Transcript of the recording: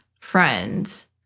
friends